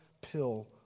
pill